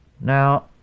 Now